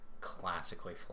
classically